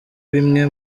bimwe